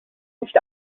nicht